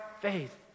faith